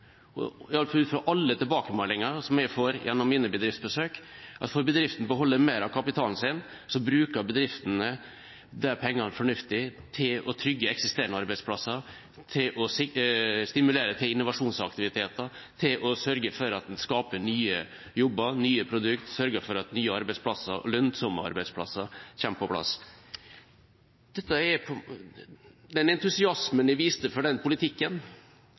– iallfall ut fra alle tilbakemeldinger som jeg får gjennom mine bedriftsbesøk – at da bruker bedriftene de pengene fornuftig, til å trygge eksisterende arbeidsplasser, til å stimulere til innovasjonsaktiviteter, til å sørge for at man skaper nye jobber og nye produkt og til å sørge for at nye arbeidsplasser, og lønnsomme arbeidsplasser, kommer på plass. Den entusiasmen jeg viste for den politikken